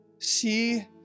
See